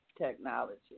Technology